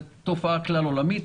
זה תופעה כלל-עולמית,